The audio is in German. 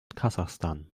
kasachstan